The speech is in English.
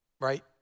right